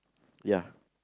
ya